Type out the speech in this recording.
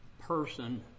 person